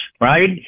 right